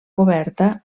coberta